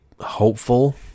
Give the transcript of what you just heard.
hopeful